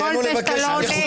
הכול זה שאתה לא עונה.